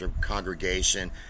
congregation